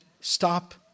stop